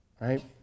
Right